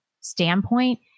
standpoint